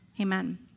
Amen